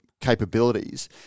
capabilities